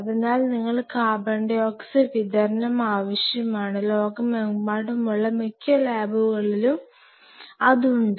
അതിനാൽ നിങ്ങൾക്ക് CO2 വിതരണം ആവശ്യമാണ് ലോകമെമ്പാടുമുള്ള മിക്ക ലാബുകളിലും അതുണ്ട്